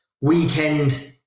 weekend